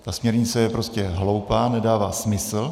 Ta směrnice je prostě hloupá, nedává smysl.